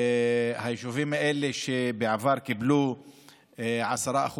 היישובים האלה שבעבר קיבלו 10%,